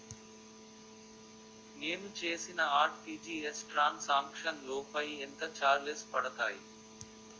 నేను చేసిన RTGS transaction లో పై ఎంత చార్జెస్ పడతాయి?